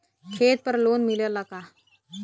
खेत पर लोन मिलेला का?